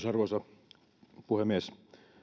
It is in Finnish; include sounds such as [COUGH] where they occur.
[UNINTELLIGIBLE] arvoisa puhemies